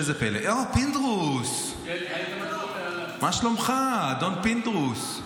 פינדרוס, מה שלומך, אדון פינדרוס?